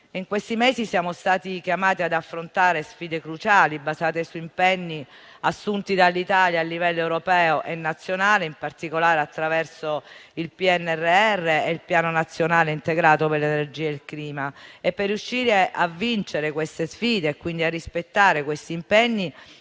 In questi mesi siamo stati chiamati ad affrontare sfide cruciali basate su impegni assunti dall'Italia a livello europeo e nazionale, in particolare attraverso il PNRR e il Piano nazionale integrato per l'energia e il clima. Per riuscire a vincere queste sfide e quindi a rispettare questi impegni